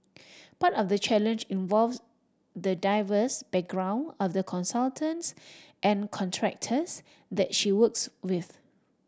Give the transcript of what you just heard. part of the challenge involves the diverse background of the consultants and contractors that she works with